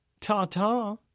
Ta-ta